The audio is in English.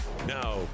Now